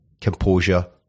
composure